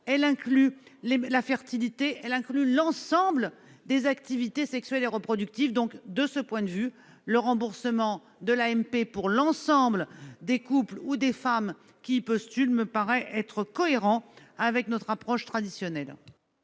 l'avortement, la fertilité et l'ensemble des activités sexuelles et reproductives. De ce point de vue, le remboursement de l'AMP pour l'ensemble des couples ou des femmes qui y postulent me paraît cohérent avec notre approche traditionnelle.